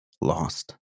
lost